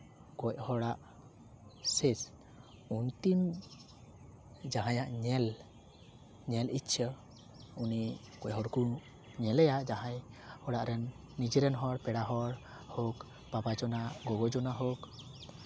ᱜᱚᱡ ᱦᱚᱲᱟᱜ ᱥᱮᱥ ᱚᱱᱛᱤᱢ ᱡᱟᱦᱟᱸᱭᱟᱜ ᱧᱮᱞ ᱧᱮᱞ ᱤᱪᱪᱷᱟᱹ ᱩᱱᱤ ᱜᱚᱡ ᱦᱚᱲᱠᱚ ᱧᱮᱞᱮᱭᱟ ᱡᱟᱦᱟᱸᱭ ᱚᱲᱟᱜ ᱨᱮᱱ ᱱᱤᱡᱮᱨᱮᱱ ᱦᱚᱸ ᱯᱮᱲᱟ ᱦᱚᱲ ᱵᱟᱵᱟ ᱡᱚᱱᱟ ᱜᱚᱜᱚ ᱡᱚᱱᱟ ᱦᱳᱠ